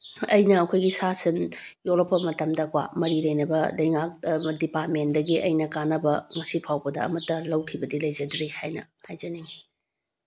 ꯑꯩꯅ ꯑꯩꯈꯣꯏꯒꯤ ꯁꯥ ꯁꯟ ꯌꯣꯛꯂꯛꯞ ꯃꯇꯝꯗꯀꯣ ꯃꯔꯤ ꯂꯩꯅꯕ ꯂꯩꯉꯥꯛ ꯗꯤꯄꯥꯔꯠꯃꯦꯟꯇꯒꯤ ꯑꯩꯅ ꯀꯥꯟꯅꯕ ꯉꯁꯤ ꯐꯥꯎꯕꯗ ꯑꯃꯇ ꯂꯧꯈꯤꯕꯗꯤ ꯂꯩꯖꯗ꯭ꯔꯤ ꯍꯥꯏꯅ ꯍꯥꯏꯖꯅꯤꯡꯉꯤ